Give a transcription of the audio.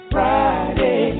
Friday